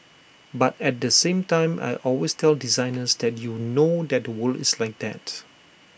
but at the same time I always tell designers that you know that the world is like that